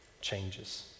changes